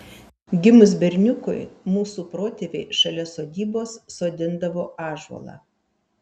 gimus berniukui mūsų protėviai šalia sodybos sodindavo ąžuolą